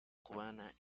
cubana